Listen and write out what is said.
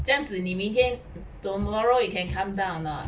这样子你明天 tomorrow you can come down or not